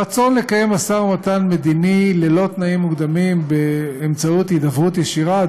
הרצון לקיים משא-ומתן מדיני ללא תנאים מוקדמים באמצעות הידברות ישירה,